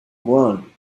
one